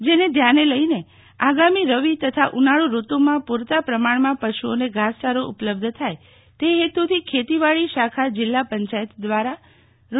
જેને ધ્યાણને લઇને આગામી રવિ તથા ઉનાળુ ઋતુમાં પુરતા પ્રમાણમાં પશુઓને ઘાસચારો ઉપલબ્ધ થાય તે ફેતુથી ખેતીવાડી શાખા જીલ્લાત પંચાયત દ્વારા રૂ